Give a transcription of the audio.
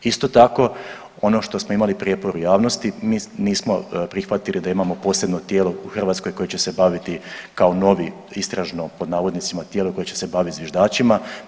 Isto tako ono što smo imali prijepor u javnosti mi nismo prihvatili da imamo posebno tijelo u Hrvatskoj koje će se baviti kao novi „istražno“ tijelo koje će se bavit zviždačima.